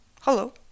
Hello